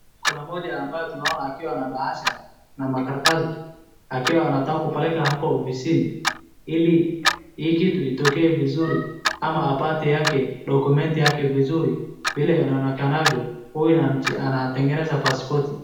Kuna mmoja ambaye tunaona akiwa na bahasha na makaratasi akiwa nataka kupeleka hapo ofisini ili hii kitu itokee vizuri. Ama apate yake document yake vizuri vile inaonekanavyo huyu anatengeneza pasipoti.